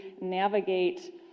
navigate